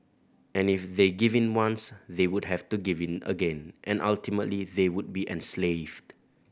and if they give in once they would have to give in again and ultimately they would be enslaved